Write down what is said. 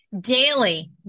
Daily